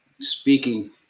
speaking